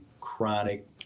chronic